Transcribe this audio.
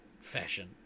fashion